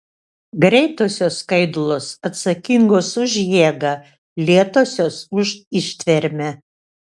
greitosios skaidulos atsakingos už jėgą lėtosios už ištvermę